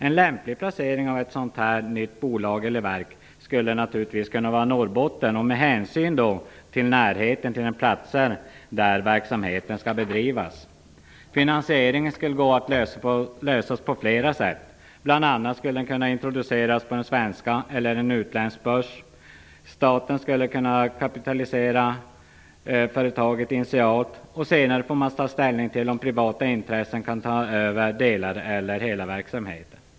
En lämplig placering av ett sådant här nytt bolag/verk skulle naturligtvis kunna vara Norrbotten, med hänsyn till närheten till de platser där verksamheten skall bedrivas. Finansieringen skulle kunna lösas på flera sätt. Bl.a. skulle företaget kunna introduceras på den svenska börsen eller på en utländsk börs. Staten skulle kunna kapitalisera företaget initialt. Senare får man ta ställning till om privata intressen kan ta över delar eller hela verksamheten.